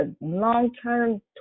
long-term